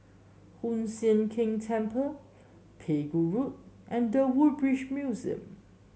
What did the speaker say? Hoon Sian Keng Temple Pegu Road and The Woodbridge Museum